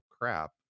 crap